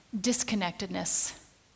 disconnectedness